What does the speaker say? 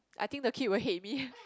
I think the kid will hate me